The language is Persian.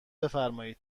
بفرمایید